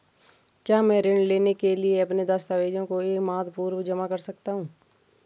क्या मैं ऋण लेने के लिए अपने दस्तावेज़ों को एक माह पूर्व जमा कर सकता हूँ?